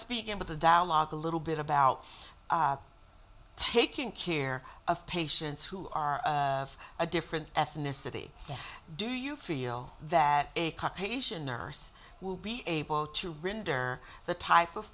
speaking of the dialogue a little bit about taking care of patients who are of a different ethnicity do you feel that a caucasian nurse will be able to render the type of